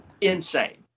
insane